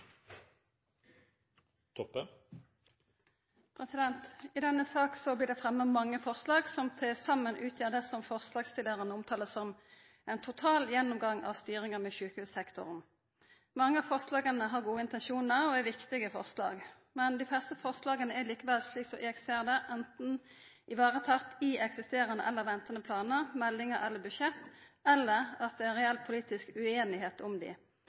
I denne saka blir det fremma mange forslag, som til saman utgjer det som forslagsstillarane omtalar som «en total gjennomgang av styringen med sykehussektoren». Mange av forslaga har gode intensjonar og er viktige, men dei fleste forslaga er likevel, slik eg ser det, enten varetatt i eksisterande eller ventande planar, meldingar eller budsjett, eller det er reell politisk ueinigheit om dei.